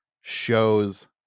shows